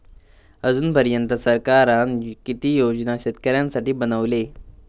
अजून पर्यंत सरकारान किती योजना शेतकऱ्यांसाठी बनवले?